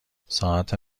ساعت